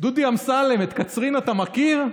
דודי אמסלם, את קצרין אתה מכיר?